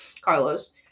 Carlos